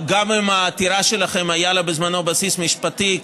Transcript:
גם אם לעתירה שלכם היה בזמנו בסיס משפטי,